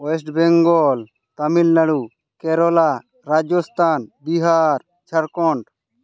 West Bengal Tamil Nadu Kerala Rajasthan Bihar Jharkhand